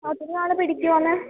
ഒത്തിരി നാൾ പിടിക്കുമോ എന്ന്